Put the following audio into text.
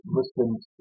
Muslims